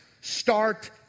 start